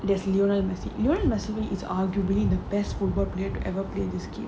yes lionel messi lionel messi will is arguably the best football player ever play this game